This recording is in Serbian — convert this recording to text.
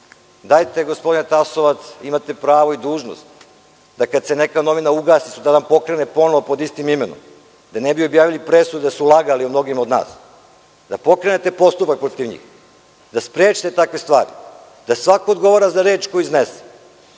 Dajte, gospodine Tasovac, imate pravo i dužnost da kada se neke novine ugase, sutradan pokrene ponovo pod istim imenom, da ne bi objavili presudu da su lagali o mnogima od nas, da pokrenete postupak protiv njih, da sprečite takve stvari, da svako odgovara za reč koju iznese,